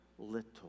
little